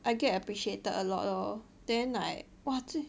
I get appreciated a lot lor then like !wah! 最